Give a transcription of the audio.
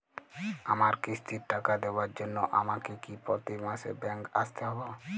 আমার কিস্তির টাকা দেওয়ার জন্য আমাকে কি প্রতি মাসে ব্যাংক আসতে হব?